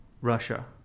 Russia